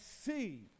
see